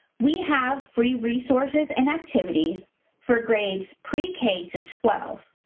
we have free resources and activities for grades pre-k to twelve.